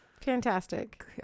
Fantastic